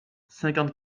cinquante